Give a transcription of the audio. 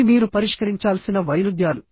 ఇవి మీరు పరిష్కరించాల్సిన వైరుధ్యాలు